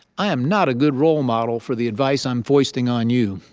i am not a good role model for the advice i'm foisting on you.